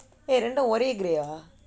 eh இரண்டும் ஒரே:irandum orae grey ah